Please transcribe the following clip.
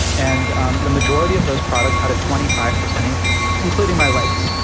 and um the majority of those products had a twenty five percent increase, including my lights.